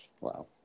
Wow